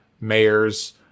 mayors